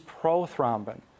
prothrombin